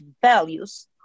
values